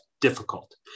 difficult